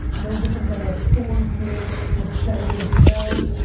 no different than what stores do with sense and smells.